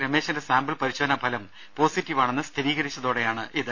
രമേശന്റെ sample പരിശോധനാ ഫലം പോസിറ്റീവാണെന്ന് സ്ഥിരീകരിച്ചതോടെയാണിത്